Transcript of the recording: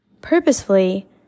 purposefully